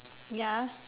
ya